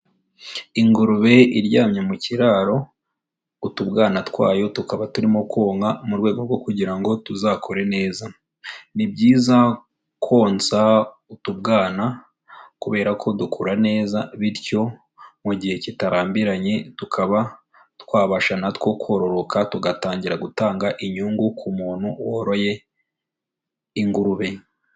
Ingurube iryamye mu kiraro utubwana twayo tukaba turimo konka mu rwego rwo kugira ngo tuzakore neza. Ni byiza konsa utubwana kubera ko dukura neza bityo mu gihe kitarambiranye tukaba twabasha na two kororoka tugatangira gutanga inyungu ku muntu woroye ingurube.